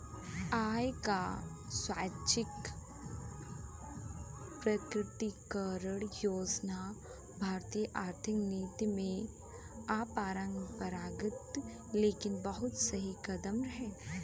आय क स्वैच्छिक प्रकटीकरण योजना भारतीय आर्थिक नीति में अपरंपरागत लेकिन बहुत सही कदम रहे